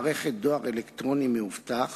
(מערכת דואר אלקטרוני מאובטח),